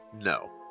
No